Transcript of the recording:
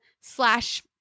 slash